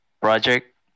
project